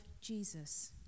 Jesus